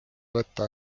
võtta